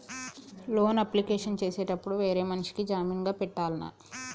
Loan application చేసేటప్పుడు వేరే మనిషిని జామీన్ గా పెట్టాల్నా?